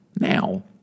now